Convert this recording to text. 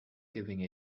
giving